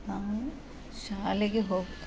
ನಾವು ಶಾಲೆಗೆ ಹೋಗ್ತಾ